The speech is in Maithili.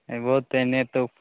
अयभो तब ने तो